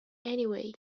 anyway